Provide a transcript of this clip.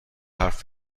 حرف